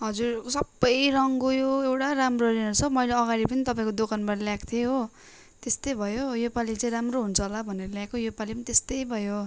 हजुर सबै रङ गयो एउटा राम्रो रहेनछ मैले अगाडि पनि तपाईँको दोकानबाट ल्याएको थिएँ हो त्यस्तै भयो यो पालि चाहिँ राम्रो हुन्छ होला भनेर ल्याएको यो पालि पनि त्यस्तै भयो